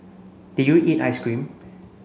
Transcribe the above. did you eat ice cream